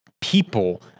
people